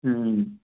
हम्म